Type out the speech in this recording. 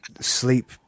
sleep